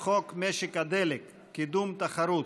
חוק משק הדלק (קידום התחרות)